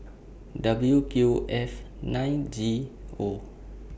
W Q F nine G O